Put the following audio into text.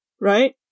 right